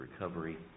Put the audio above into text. recovery